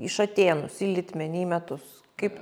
į šatėnus į litmenį į metus kaip